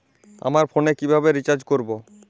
আমার ফোনে কিভাবে রিচার্জ করবো?